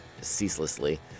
ceaselessly